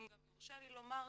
אם גם יורשה לי לומר,